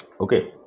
Okay